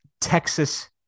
Texas